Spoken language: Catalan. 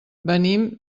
venim